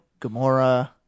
Gamora